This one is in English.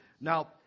Now